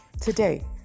Today